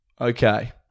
okay